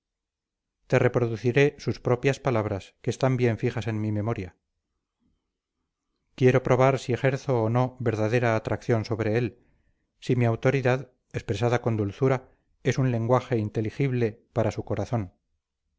te reproduciré sus propias palabras que están bien fijas en mi memoria quiero probar si ejerzo o no verdadera atracción sobre él si mi autoridad expresada con dulzura es un lenguaje inteligible para su corazón